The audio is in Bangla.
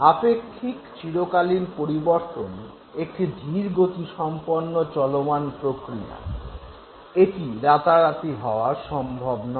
আপেক্ষিক চিরকালীন পরিবর্তন একটি ধীরগতিসম্পন্ন চলমান প্রক্রিয়া এটি রাতারাতি হওয়া সম্ভব নয়